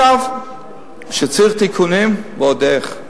זה שצריך תיקונים, ועוד איך.